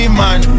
man